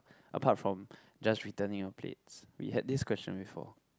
apart from just returning our plates we had this question before